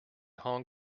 hong